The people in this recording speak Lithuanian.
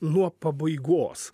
nuo pabaigos